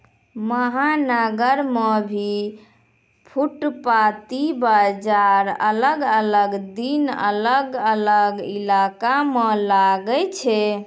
महानगर मॅ भी फुटपाती बाजार अलग अलग दिन अलग अलग इलाका मॅ लागै छै